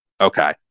Okay